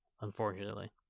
unfortunately